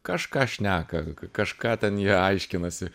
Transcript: kažką šneka kažką ten jie aiškinasi